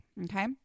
Okay